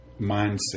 mindset